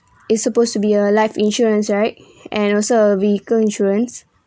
it's supposed to be a life insurance right and also a vehicle insurance